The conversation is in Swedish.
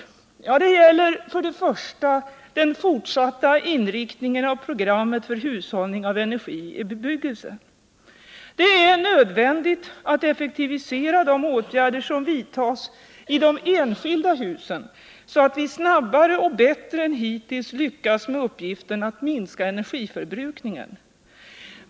Det gäller för det första den fortsatta inriktningen av programmet för hushållning av energi i bebyggelsen. Det är nödvändigt att effektivisera de åtgärder som vidtas i de enskilda husen, så att vi snabbare och bättre än hittills lyckas med uppgiften att minska energiförbrukningen.